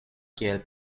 kiel